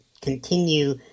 continue